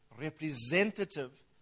representative